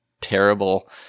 terrible